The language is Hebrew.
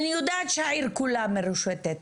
אני יודעת שהעיר כולה מרושתת.